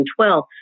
2012